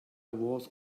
was